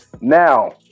now